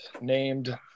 named